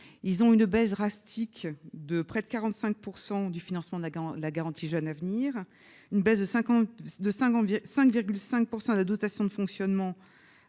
connaissent une baisse drastique de près de 45 % du financement de la garantie jeunes et une baisse de 5,5 % de la dotation de fonctionnement,